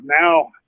now